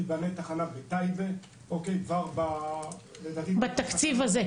תבנה תחנה בטייבה כבר בתקציב הזה.